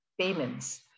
payments